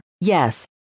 Yes